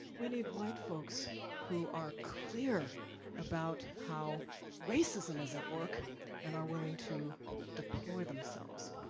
we need white folks who are clear about how racism is at work and are willing to deploy themselves.